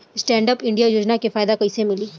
Stand up India योजना के फायदा कैसे मिली?